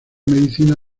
medicina